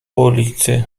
ulicy